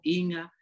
inga